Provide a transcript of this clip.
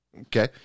Okay